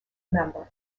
member